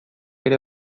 ere